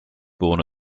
born